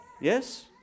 Yes